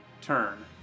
Turn